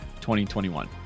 2021